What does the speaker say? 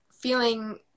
feeling